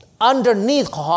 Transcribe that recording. underneath